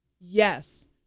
yes